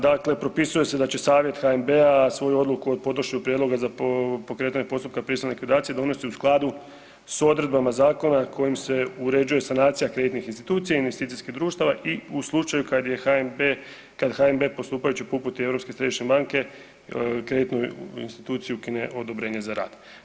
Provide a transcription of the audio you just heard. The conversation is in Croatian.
Dakle, propisuje se da će Savjet HNB-a svoju odluku o podnošenju prijedloga za pokretanje postupka prisilne likvidacije donosi u skladu s odredbama zakona kojim se uređuje sanacija kreditnih institucija, investicijskih društava i u slučaju kad je HNB, kad HNB postupajući po uputi Europske središnje banke kreditnoj instituciji ukine odobrenje za rad.